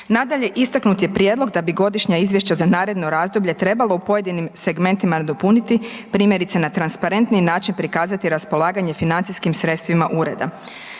Nadalje, istaknut je prijedlog da bi godišnja izvješća za naredno razdoblje trebalo u pojedinim segmentima nadopuniti, primjerice na transparentniji način prikazati raspolaganje financijskim sredstvima ureda.